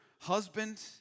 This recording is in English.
husband